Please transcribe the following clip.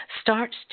starts